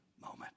moment